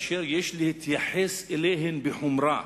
אשר יש להתייחס אליהן בחומרה,